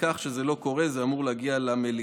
מכך, כשזה לא קורה, זה אמור להגיע למליאה.